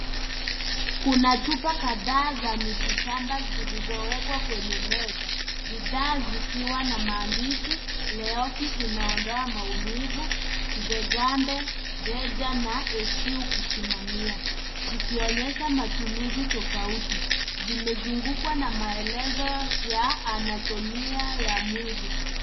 Kuna chupa kadhaa za miti shamba zilizowekwa kwenye meza. Bidhaa zikiwa na maandishi, Leoki, inaondoa maumivu, Nzegambe, Deja na Esiu kusimamia. Zikionyesha matumizi tofauti .Zimezungukwa na maelezo ya anatomia ya mwili.